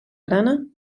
grana